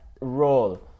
role